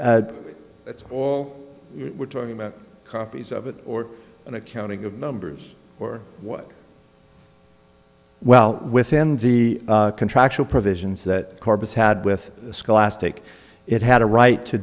that's all we're talking about copies of it or an accounting of numbers or what well within the contractual provisions that corpus had with scholastic it had a right to